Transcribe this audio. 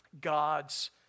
God's